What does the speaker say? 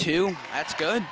two that's good